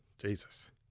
Jesus